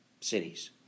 cities